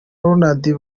ronaldo